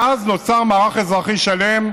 ואז נוצר מערך אזרחי שלם,